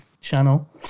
channel